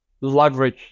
leverage